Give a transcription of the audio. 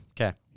Okay